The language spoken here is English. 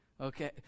Okay